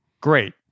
Great